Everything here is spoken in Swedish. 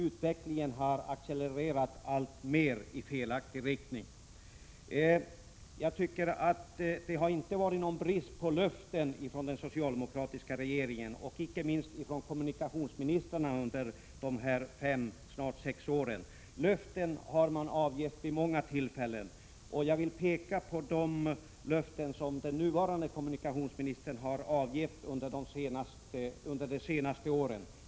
Utvecklingen har accelererat alltmer i felaktig riktning. Det har inte varit någon brist på löften från den socialdemokratiska regeringen. Detta gäller inte minst kommunikationsministrarna under de sex år som snart gått. Löften har man avgett vid många tillfällen. Jag vill peka på de löften som den nuvarande kommunikationsministern har avgett under det senaste året.